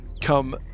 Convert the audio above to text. come